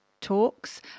Talks